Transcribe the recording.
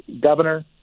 governor